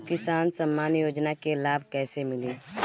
किसान सम्मान योजना के लाभ कैसे मिली?